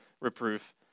reproof